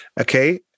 Okay